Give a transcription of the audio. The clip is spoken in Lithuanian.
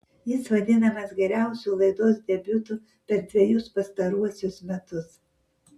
jis vadinamas geriausiu laidos debiutu per dvejus pastaruosius metus